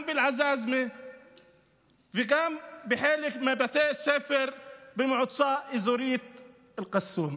גם באל-עזאזמה וגם חלק מבתי הספר במועצה האזורית אל-קסום.